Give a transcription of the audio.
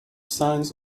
signs